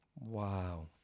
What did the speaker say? wow